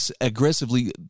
aggressively